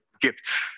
gifts